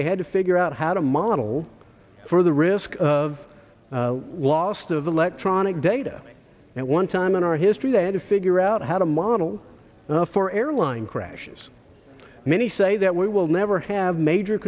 they had to figure out how to model for the risk of lost of electronic data and one time in our history they had to figure out how to model for airline crashes many say that we will never have major